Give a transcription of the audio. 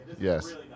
Yes